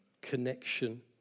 connection